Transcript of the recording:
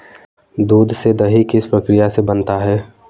दूध से दही किस प्रक्रिया से बनता है?